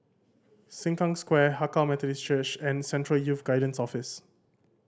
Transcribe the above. Sengkang Square Hakka Methodist Church and Central Youth Guidance Office